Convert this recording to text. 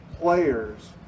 players